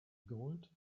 gold